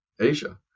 Asia